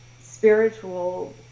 spiritual